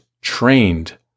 trained